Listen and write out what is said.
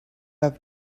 have